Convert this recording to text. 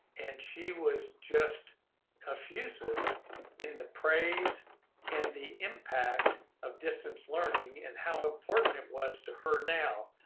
and she was just effusive in the praise and the impact of distance learning and how important it was to her now.